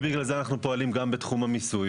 בגלל זה אנחנו פועלים גם בתחום המיסוי,